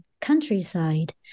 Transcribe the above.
countryside